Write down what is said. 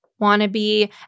Wannabe